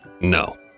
No